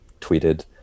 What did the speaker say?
tweeted